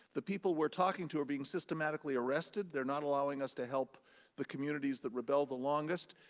the people we're talking to are being systematically arrested. they're not allowing us to help the communities that rebelled the longest.